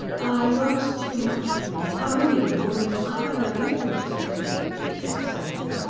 ah, you ask too much of me i am only a woman i have no influence over him, she said sadly,